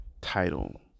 title